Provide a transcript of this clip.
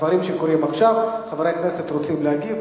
דברים שקורים עכשיו וחברי הכנסת רוצים להגיב,